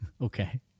Okay